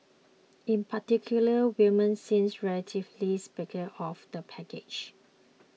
in particular women seems relatively sceptical of the package